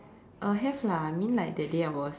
uh have lah I mean like that day I was